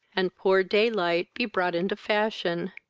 and poor day-light be brought into fashion.